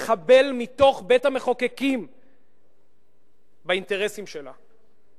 לחבל מתוך בית-המחוקקים באינטרסים שלה.